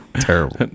Terrible